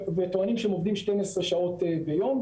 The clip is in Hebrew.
וטוענים שהם עובדים שתים עשרה שעות ביום.